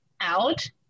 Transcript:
out